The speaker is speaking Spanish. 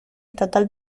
estatal